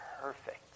perfect